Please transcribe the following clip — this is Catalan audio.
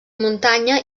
muntanya